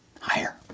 higher